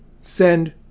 send